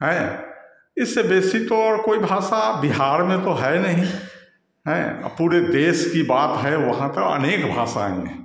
हैं इससे बेसिक तो और कोई भाषा बिहार में तो है नही हैं पूरे देश की बात है वहाँ तो अनेक भाषाएँ हैं